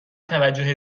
توجه